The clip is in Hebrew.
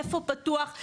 איפה פתוח,